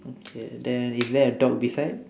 okay then is there a dog beside